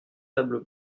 tables